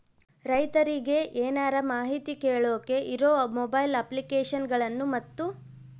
ರೈತರಿಗೆ ಏನರ ಮಾಹಿತಿ ಕೇಳೋಕೆ ಇರೋ ಮೊಬೈಲ್ ಅಪ್ಲಿಕೇಶನ್ ಗಳನ್ನು ಮತ್ತು?